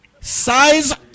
size